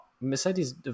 Mercedes